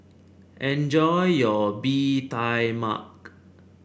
enjoy your Bee Tai Mak